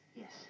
Yes